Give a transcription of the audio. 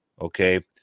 okay